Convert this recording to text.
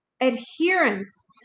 Adherence